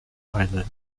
island